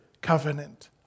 covenant